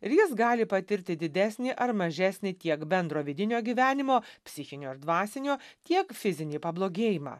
ir jis gali patirti didesnį ar mažesnį tiek bendro vidinio gyvenimo psichinio ir dvasinio tiek fizinį pablogėjimą